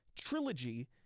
trilogy